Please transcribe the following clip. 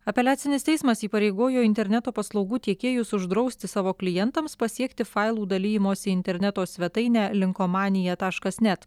apeliacinis teismas įpareigojo interneto paslaugų tiekėjus uždrausti savo klientams pasiekti failų dalijimosi interneto svetainę linkomanija taškas net